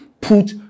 Put